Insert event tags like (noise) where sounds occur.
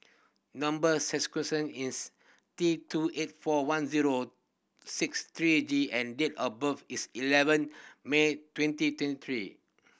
number (unintelligible) is T two eight four one zero six three G and date of birth is eleven May twenty twenty three